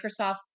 Microsoft